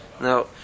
Now